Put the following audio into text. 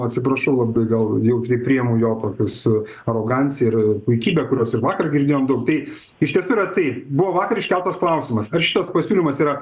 atsiprašau labai gal jautriai priimu jo tokius aroganciją ir puikybę kurios ir vakar girdėjom daug tai iš tiesų yra taip buvo vakar iškeltas klausimas ar šitas pasiūlymas yra